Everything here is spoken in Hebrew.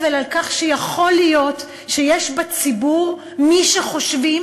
אבל על כך שיכול להיות שיש בציבור מי שחושבים